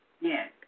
Yes